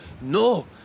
No